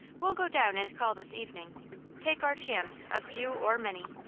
we'll go down and call this evening take our chance of few or many,